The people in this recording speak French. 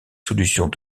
solutions